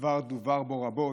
שכבר דובר בו רבות,